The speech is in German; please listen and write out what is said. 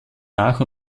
nach